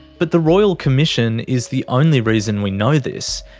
but the royal commission is the only reason we know this.